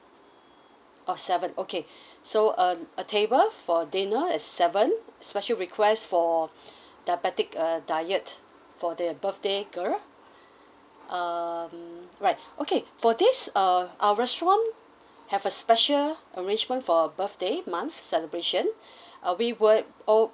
oh seven okay so a a table for dinner at seven special request for diabetic uh diet for the birthday girl um right okay for this uh our restaurant have a special arrangement for birthday month celebration uh we will